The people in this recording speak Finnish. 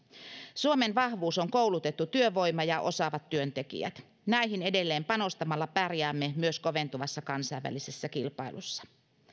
suomen vahvuus on koulutettu työvoima ja osaavat työntekijät näihin edelleen panostamalla pärjäämme myös koventuvassa kansainvälisessä kilpailussa